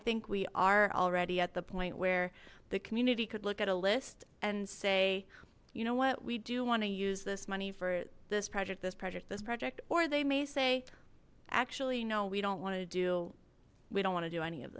think we are already at the point where the community could look at a list and say you know what we do want to use this money for this project this project this project or they may say actually no we don't want to do we don't want to do any of